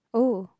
oh